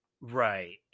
right